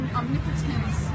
omnipotence